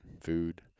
food